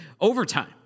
overtime